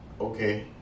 okay